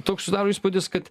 toks susidaro įspūdis kad